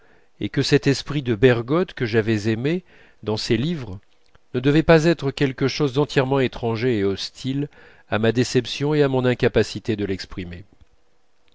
et que cet esprit de bergotte que j'avais aimé dans ses livres ne devait pas être quelque chose d'entièrement étranger et hostile à ma déception et à mon incapacité de l'exprimer